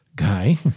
Guy